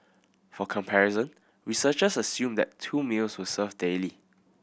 for comparison researchers assumed that two meals were served daily